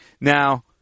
Now